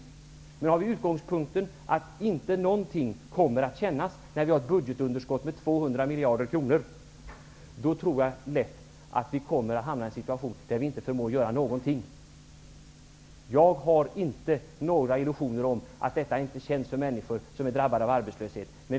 Om vi har utgångspunkten att inte någonting kommer att kännas när vi har ett budgetunderskott på 200 miljarder, tror jag att vi lätt kommer att hamna i en situation där vi inte förmår att göra någonting. Jag har inte några illusioner om att detta inte känns för de människor som är drabbade av arbetslöshet.